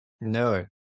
No